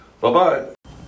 Bye-bye